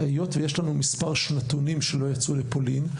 היות ויש לנו מספר שנתונים שלא יצאו לפולין,